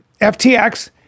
FTX